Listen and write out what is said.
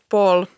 Paul